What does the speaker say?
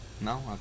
No